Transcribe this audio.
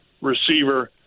receiver